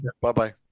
Bye-bye